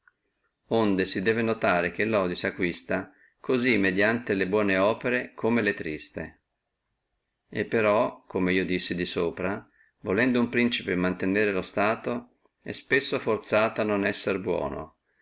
e qui si debbe notare che lodio sacquista cosí mediante le buone opere come le triste e però come io dissi di sopra uno principe volendo mantenere lo stato è spesso forzato a non essere buono